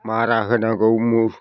मारा होनांगौ